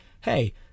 hey